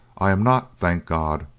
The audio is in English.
i am not, thank god,